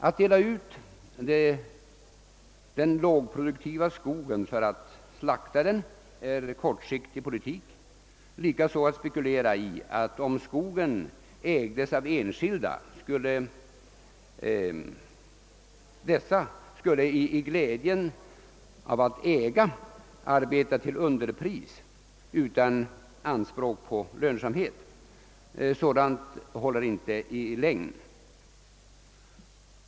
Att dela ut den lågproduktiva skogen för att slakta den är kortsiktig politik, likaså att spekulera i att om skogen ägdes av enskilda skulle dessa, i glädjen över att äga, arbeta till underpris utan anspråk på lönsamhet. Sådant håller inte i längden.